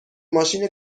ماشین